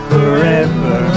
Forever